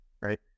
right